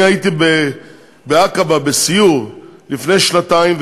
אני הייתי בעקבה בסיור לפני שנתיים,